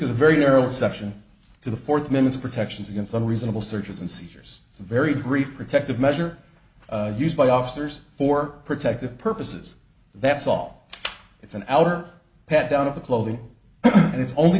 is a very narrow exception to the fourth minute protections against unreasonable searches and seizures it's a very brief protective measure used by officers for protective purposes that's all it's an outer pat down of the clothing and is only